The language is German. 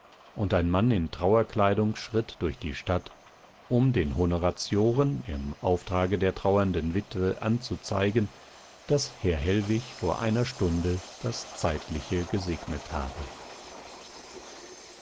und ein mann in trauerkleidung schritt durch die stadt um den honoratioren im auftrage der trauernden witwe anzuzeigen daß herr hellwig vor einer stunde das zeitliche gesegnet habe